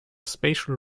spatial